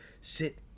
Sit